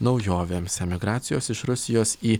naujovėms emigracijos iš rusijos į